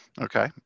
Okay